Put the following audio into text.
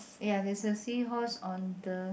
ya there's a seahorse on the